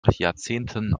jahrzehnten